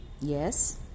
Yes